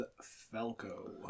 Falco